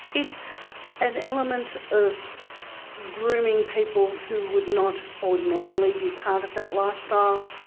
it's an element of grooming people who would not ordinarily be part of that lifestyle,